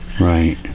Right